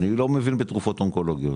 אני לא מבין בתרופות אונקולוגיות,